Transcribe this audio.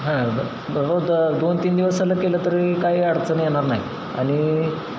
हा ब रोज दोन तीन दिवस सलग केलं तरी काही अडचण येणार नाही आणि